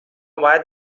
باید